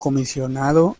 comisionado